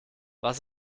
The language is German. was